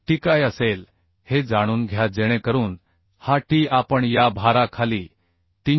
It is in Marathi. Tकाय असेल हे जाणून घ्या जेणेकरून हा T आपण या भाराखाली 303